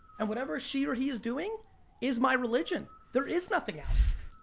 and whatever she or he is doing is my religion. there is nothing else.